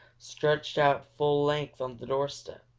stretched out full length on the doorstep.